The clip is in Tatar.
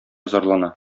зарлана